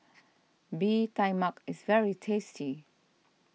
Bee Tai Mak is very tasty